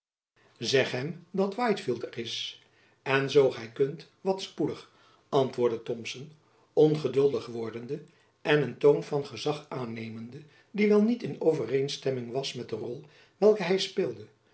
hem dat whitefield er is en zoo gy kunt wat spoedig antwoordde thomson ongeduldig wordende en een toon van gezach aannemende die wel niet in overeenstemming was met de rol welke hy speelde